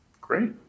Great